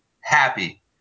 happy